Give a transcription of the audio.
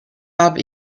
habe